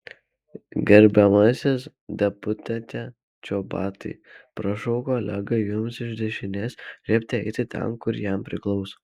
gerbiamasis deputate čobotai prašau kolegai jums iš dešinės liepti eiti ten kur jam priklauso